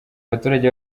abaturage